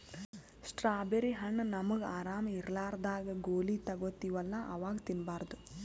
strawberry ಹಣ್ಣ್ ನಮ್ಗ್ ಆರಾಮ್ ಇರ್ಲಾರ್ದಾಗ್ ಗೋಲಿ ತಗೋತಿವಲ್ಲಾ ಅವಾಗ್ ತಿನ್ಬಾರ್ದು